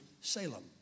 Salem